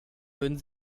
würden